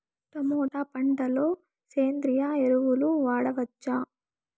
Tomato పంట లో సేంద్రియ ఎరువులు వాడవచ్చా?